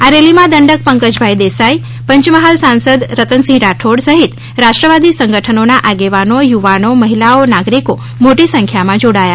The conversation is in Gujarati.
આ રેલીમાં દંડક પંકજભાઈ દેસાઇ પંચમહાલ સાંસદ રતનસિંહ રાઠોડ સહિત રાષ્ટ્રવાદી સંગઠનોના આગેવાનો યુવાનો મહિલાઓ નાગરિકો મોટી સંખ્યામાં જોડાયા